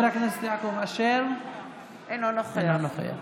אינו נוכח